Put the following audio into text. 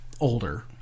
older